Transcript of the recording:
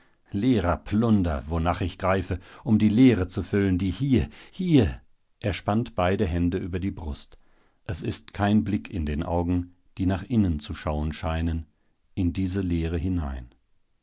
leerer plunder wonach ich greife um die leere zu füllen die hier hier er spannt beide hände über die brust es ist kein blick in den augen die nach innen zu schauen scheinen in diese leere hinein